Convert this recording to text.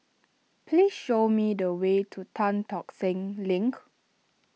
please show me the way to Tan Tock Seng Link